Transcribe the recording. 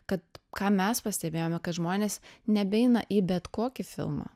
kad ką mes pastebėjome kad žmonės nebeina į bet kokį filmą